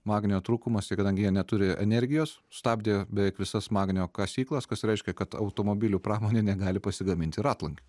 magnio trūkumas tai kadangi jie neturi energijos stabdė beveik visas magnio kasyklas kas reiškia kad automobilių pramonė negali pasigaminti ratlankių